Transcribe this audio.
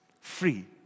Free